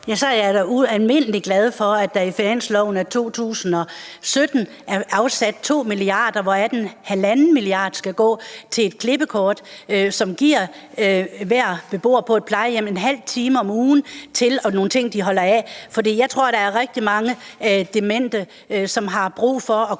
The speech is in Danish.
jeg da ualmindelig glad for, at der i finansloven for 2017 er afsat 2 mia. kr., hvoraf 1,5 mia. kr. skal gå til et klippekort, som giver hver beboer på et plejehjem en halv time til at gøre nogle ting, de holder af, for jeg tror, der er rigtig mange demente, som har brug for at komme